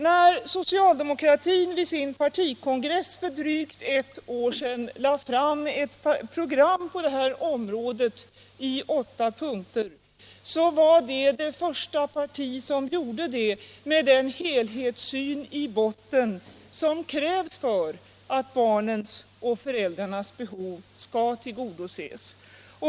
När socialdemokraterna vid sin partikongress för drygt ett år sedan lade fram ett program på detta område i åtta punkter, så var vi det första parti som gjorde detta med den helhetssyn i botten som krävs för att barnens och föräldrarnas behov skall tillgodoses.